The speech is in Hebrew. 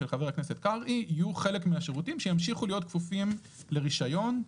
יהיו חלק מהשירותים שימשיכו להיות כפופים לרישיון,